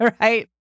right